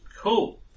Cool